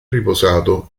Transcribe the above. riposato